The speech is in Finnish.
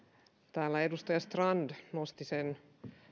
täällä edustaja strand nosti sen